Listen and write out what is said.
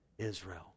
israel